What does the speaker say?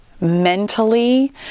mentally